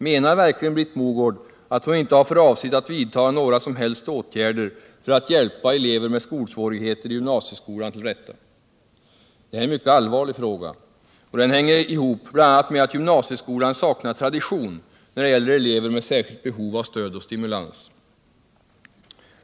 Menar verkligen Britt Mogård att hon inte har för avsikt att vidta några som helst åtgärder för att hjälpa elever med svårigheter i gymnasieskolan till rätta? Det här är en mycket allvarlig fråga, och den hänger ihop bl.a. med att gymnasieskolan saknar tradition när det gäller elever med särskilt behov av stöd och stimulans.